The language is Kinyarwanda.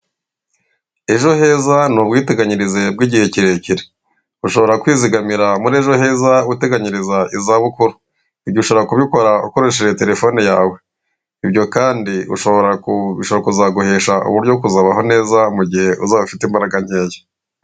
Ejo heza ni ubwiteganyirize bw'igihe kirekire ushobora kwizigamira muri ejo heza, uteganyiriza izabukuru. Ibyo ushobora kubikora ukoresheje telefone yawe ibyo kandi ushobora kubisha kuzaguhesha uburyo bwo kuzabaho neza mu gihe uzaba ufite imbaraga nkeya.